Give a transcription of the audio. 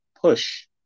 push